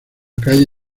calle